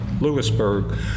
Lewisburg